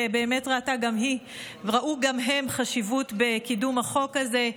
ובאמת ראו גם הם חשיבות בקידום החוק הזה,